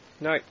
No